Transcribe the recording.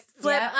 flip